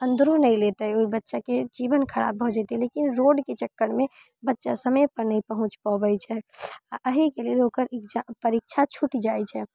अन्दरो नहि लेतै ओइ बच्चाके जीवन खराब भऽ जेतै लेकिन रोडके चक्करमे बच्चा समयपर नहि पहुँच पबै छै आओर अहिके लेल ओकर एग्जाम परीक्षा छूटि जाइ छै